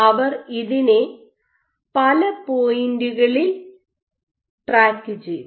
അവർ ഇതിനെ പല പോയിന്റുകളിൽ ട്രാക്ക് ചെയ്തു